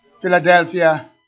Philadelphia